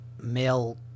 male